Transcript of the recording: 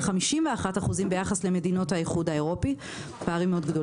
51% ביחס למדינות האיחוד האירופי פערים מאוד.